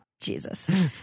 Jesus